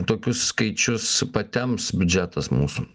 tokius skaičius patems biudžetas mūsų